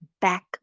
back